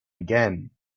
again